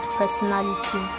personality